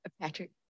Patrick